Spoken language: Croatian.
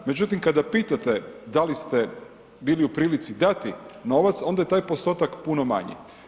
Međutim, kada pitate da li ste bili u prilici dati novac, onda je taj postotak puno manji.